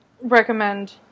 recommend